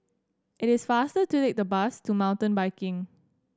it is faster to take the bus to Mountain Biking